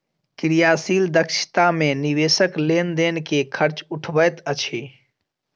क्रियाशील दक्षता मे निवेशक लेन देन के खर्च उठबैत अछि